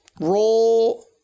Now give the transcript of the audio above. roll